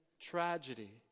tragedy